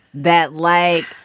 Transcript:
that like,